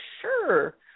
Sure